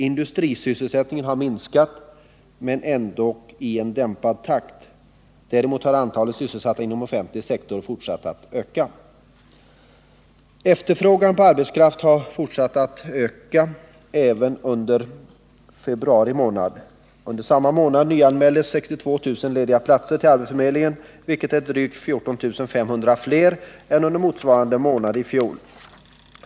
Industrisysselsättningen har minskat, ehuru takten i minskningen har dämpats. Däremot har antalet sysselsatta inom den offentliga sektorn fortsatt att öka. Efterfrågan på arbetskraft har fortsatt att öka även under februari i år. Under denna månad nyanmäldes 62 000 lediga platser till arbetsförmedlingen, vilket är drygt 14 500 fler än under motsvarande månad i fjol.